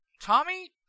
Tommy